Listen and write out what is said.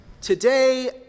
Today